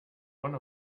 one